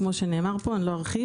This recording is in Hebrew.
כמו שנאמר פה אני לא ארחיב